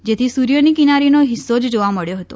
જેથી સૂર્યની કિનારીનો હિસ્સો જ જોવા મળ્યો હતો